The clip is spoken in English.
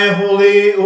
holy